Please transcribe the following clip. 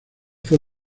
fue